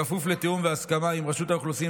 בכפוף לתיאום והסכמה עם רשות האוכלוסין